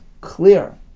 clear